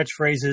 catchphrases